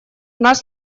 нас